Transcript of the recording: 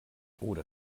oder